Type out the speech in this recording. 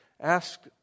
Ask